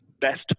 best